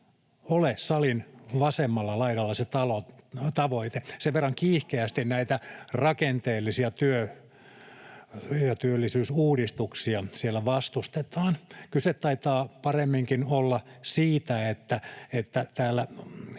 Malm: Se on mahdollista!] sen verran kiihkeästi näitä rakenteellisia työ- ja työllisyysuudistuksia siellä vastustetaan. Kyse taitaa paremminkin olla siitä, että täällä